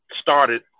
started